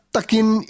Takin